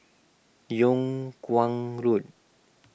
Yung Kuang Road